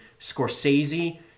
Scorsese